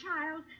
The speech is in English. child